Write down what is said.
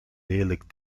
lelijk